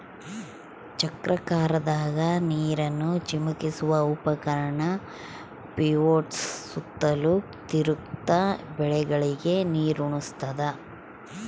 ಚಕ್ರಾಕಾರದಾಗ ನೀರನ್ನು ಚಿಮುಕಿಸುವ ಉಪಕರಣ ಪಿವೋಟ್ಸು ಸುತ್ತಲೂ ತಿರುಗ್ತ ಬೆಳೆಗಳಿಗೆ ನೀರುಣಸ್ತಾದ